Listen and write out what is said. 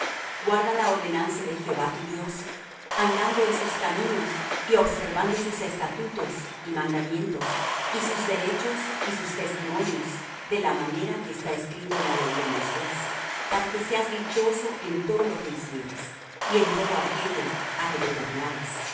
guarda la ordenanza de jehová tu dios andando en sus caminos y observando sus estatutos y mandamientos y sus derechos y sus testimonios de la manera que está escrito en la ley de moisés para que seas dichoso en todo lo que hicieres y en todo aquello á que te tornares